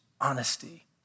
honesty